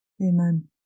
Amen